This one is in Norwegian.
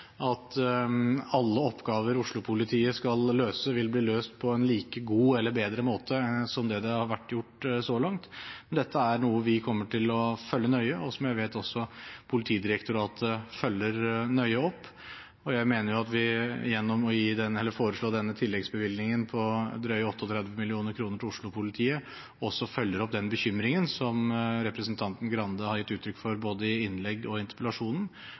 at alle oppgaver Oslo-politiet skal løse, vil bli løst på en like god eller bedre måte enn det har vært gjort så langt, men dette er noe vi kommer til å følge nøye, og som jeg vet at også Politidirektoratet følger nøye opp. Jeg mener at vi gjennom å foreslå denne tilleggsbevilgningen på drøye 38 mill. kr til Oslo-politiet også følger opp den bekymringen som representanten Skei Grande har gitt uttrykk for både i innlegg og i interpellasjonen,